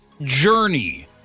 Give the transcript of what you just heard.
journey